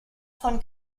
von